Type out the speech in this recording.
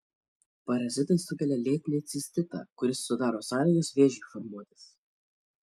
parazitai sukelia lėtinį cistitą kuris sudaro sąlygas vėžiui formuotis